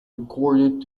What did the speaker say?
recording